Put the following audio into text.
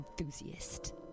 enthusiast